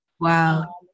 Wow